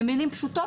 במילים פשוטות,